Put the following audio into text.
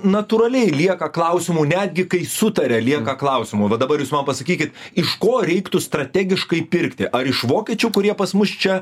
natūraliai lieka klausimų netgi kai sutaria lieka klausimų va dabar jūs man pasakykit iš ko reiktų strategiškai pirkti ar iš vokiečių kurie pas mus čia